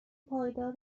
پایدار